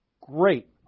great